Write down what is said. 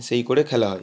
সেই করে খেলা হয়